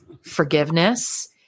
forgiveness